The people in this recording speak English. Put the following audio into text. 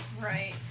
right